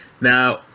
Now